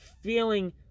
feeling